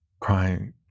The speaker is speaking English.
crying